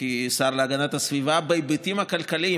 כשר להגנת הסביבה, בהיבטים הכלכליים.